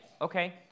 Okay